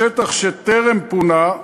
בשטח שטרם פונה,